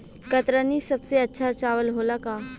कतरनी सबसे अच्छा चावल होला का?